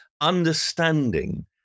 understanding